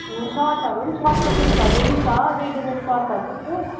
ए सर्टहरू पनि सर्टको पिसहरू पनि छ रेडिमेड सर्टहरू पनि छ